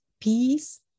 peace